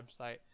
website